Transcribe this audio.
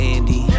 Andy